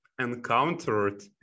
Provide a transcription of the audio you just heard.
encountered